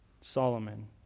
Solomon